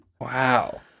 Wow